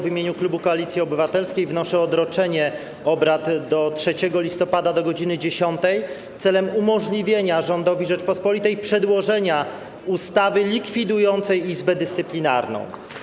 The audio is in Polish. W imieniu Klubu Koalicji Obywatelskiej wnoszę o odroczenie obrad do 3 listopada, do godz. 10, celem umożliwienia rządowi Rzeczypospolitej przedłożenia ustawy likwidującej Izbę Dyscyplinarną.